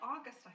August